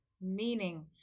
meaning